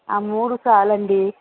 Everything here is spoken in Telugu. ఆ మూడు చాలండీ